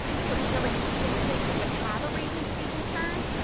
so we really didn't think we would have a reason to be concerned.